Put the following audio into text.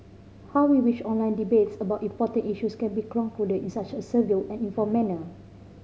how we wish online debates about important issues can be concluded in such a civil and informed manner